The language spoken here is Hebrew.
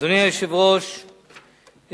אדוני היושב-ראש,